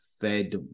fed